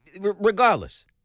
regardless